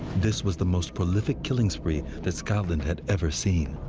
this was the most prolific killing spree that scotland had ever seen.